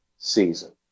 season